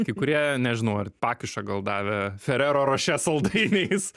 kai kurie nežinau ar pakišą gal davė ferero rošė saldainiais